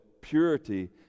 purity